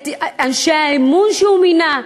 את אנשי האמון שהוא מינה.